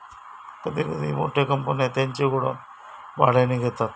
कधी कधी मोठ्या कंपन्या त्यांचे गोडाऊन भाड्याने घेतात